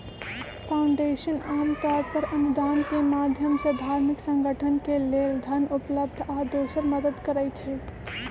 foundation आमतौर पर अनुदान के माधयम से धार्मिक संगठन के लेल धन उपलब्ध आ दोसर मदद करई छई